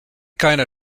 kinda